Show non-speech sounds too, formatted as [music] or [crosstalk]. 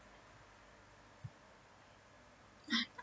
[breath]